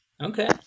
Okay